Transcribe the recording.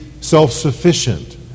self-sufficient